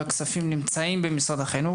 הכספים נמצאים במשרד החינוך,